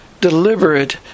deliberate